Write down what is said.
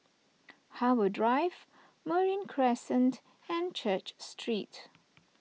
Harbour Drive Marine Crescent and Church Street